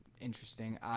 interesting